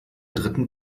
dritten